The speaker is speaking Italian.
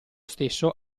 stesso